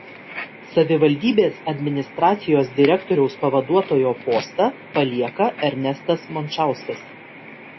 savivaldybės administracijos direktoriaus pavaduotojo postą palieka ernestas mončauskas